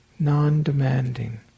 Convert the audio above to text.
non-demanding